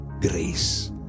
grace